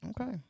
Okay